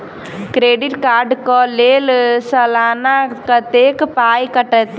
Credit card कऽ लेल सलाना कत्तेक पाई कटतै?